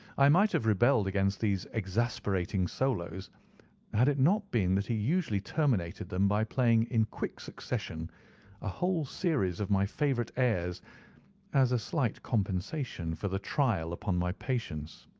i might have rebelled against these exasperating solos had it not been that he usually terminated them by playing in quick succession a whole series of my favourite airs as a slight compensation for the trial upon my patience.